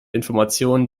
informationen